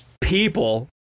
people